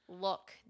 look